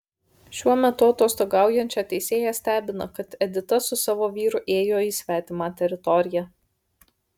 šiuo metu atostogaujančią teisėją stebina kad edita su savo vyru ėjo į svetimą teritoriją